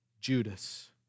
Judas